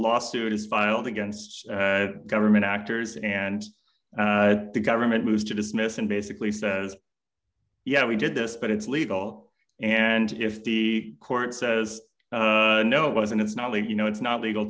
lawsuit is filed against government actors and the government moves to dismiss and basically says yeah we did this but it's legal and if the court says no it wasn't it's not like you know it's not legal